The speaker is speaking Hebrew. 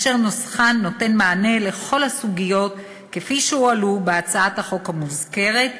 אשר נוסחן נותן מענה לכל הסוגיות כפי שהועלו בהצעת החוק המוזכרת,